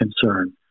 concern